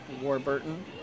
Warburton